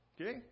Okay